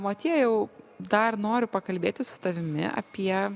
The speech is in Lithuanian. motiejau dar noriu pakalbėti su tavimi apie